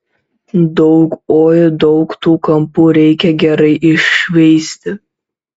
daug oi daug tų kampų reikia gerai iššveisti